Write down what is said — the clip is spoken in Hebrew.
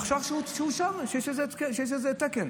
שאושר, יש לזה תקן.